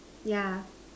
yeah